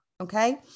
Okay